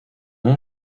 nom